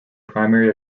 primary